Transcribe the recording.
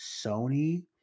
Sony